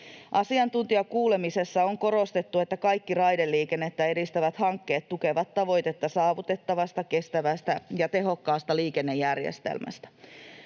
Asiantuntijakuulemisessa on korostettu, että kaikki raideliikennettä edistävät hankkeet tukevat tavoitetta saavutettavasta, kestävästä ja tehokkaasta liikennejärjestelmästä.